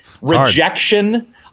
rejection